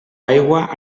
aigua